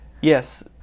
yes